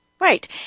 Right